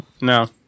No